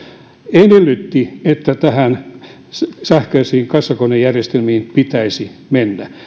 edellytti että sähköisiin kassakonejärjestelmiin pitäisi mennä